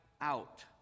out